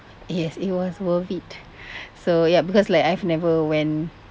yes it was worth it so ya because like I've never went